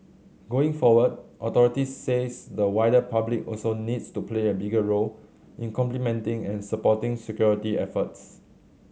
going forward authorities says the wider public also needs to play a bigger role in complementing and supporting security efforts